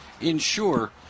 ensure